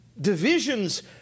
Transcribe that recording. Divisions